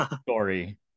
story